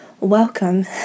welcome